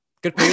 good